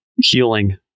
healing